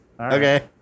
Okay